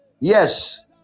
Yes